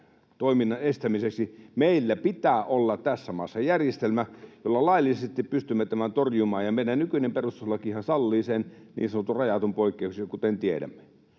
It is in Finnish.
toiminnan estämiseksi meillä pitää olla tässä maassa järjestelmä, jolla laillisesti pystymme tämän torjumaan, ja meidän nykyinen perustuslakihan sallii sen niin sanotun rajatun poikkeuksen, kuten tiedämme.